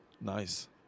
Nice